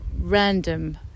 random